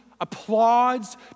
applauds